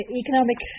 economic